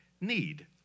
need